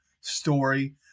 story